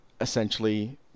essentially